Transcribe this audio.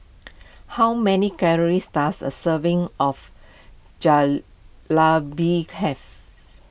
how many calories does a serving of Jalebi have